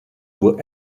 were